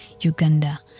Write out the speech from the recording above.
Uganda